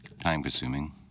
time-consuming